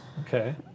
Okay